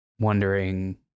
wondering